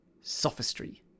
sophistry